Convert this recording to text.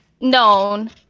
known